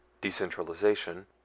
decentralization